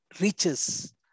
reaches